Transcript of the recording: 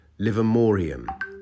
livermorium